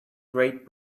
great